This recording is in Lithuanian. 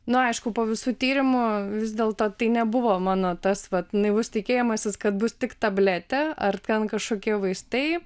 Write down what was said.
na aišku po visų tyrimų vis dėlto tai nebuvo mano tas vat naivus tikėjimasis kad bus tik tabletė ar ten kažkokie vaistai